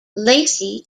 lacy